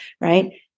right